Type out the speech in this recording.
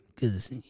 Cause